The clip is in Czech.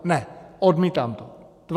Ne, odmítám to!